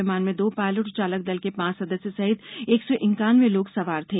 विमान में दो पायलट और चालक दल के पांच सदस्य सहित एक सौ इक्यानवे लोग सवार थे